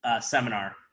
seminar